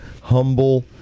humble